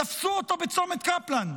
תפסו אותו בצומת קפלן,